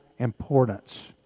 importance